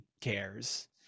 cares